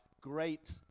great